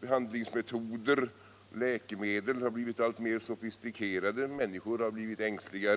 Behandlingsmetoder och läkemedel har blivit alltmer sofistikerade och människorna har blivit ängsliga